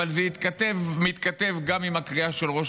אבל זה מתכתב גם עם הקריאה של ראש